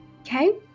Okay